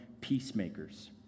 peacemakers